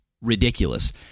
ridiculous